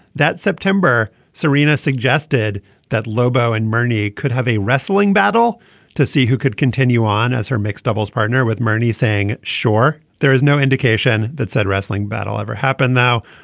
that september serena suggested that lobo and bernie could have a wrestling battle to see who could continue on as her mixed doubles partner with murphy saying sure there is no indication that said wrestling battle ever happened now.